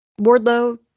Wardlow